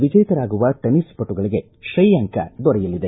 ವಿಜೇತರಾಗುವ tennis ಪಟುಗಳಿಗೆ ಶ್ರೇಯಾಂಕ ದೊರೆಯಲಿದೆ